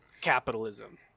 capitalism